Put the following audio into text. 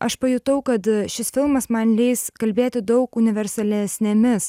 aš pajutau kad šis filmas man leis kalbėti daug universalesnėmis